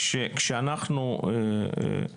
אומר שכשאנחנו מסתכלים